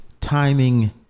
Timing